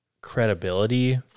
credibility